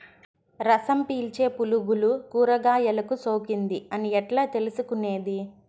రసం పీల్చే పులుగులు కూరగాయలు కు సోకింది అని ఎట్లా తెలుసుకునేది?